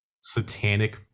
satanic